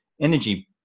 energy